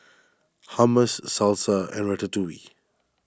Hummus Salsa and Ratatouille